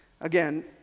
Again